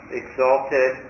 exalted